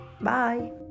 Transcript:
Bye